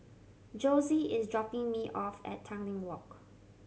Josie is dropping me off at Tanglin Walk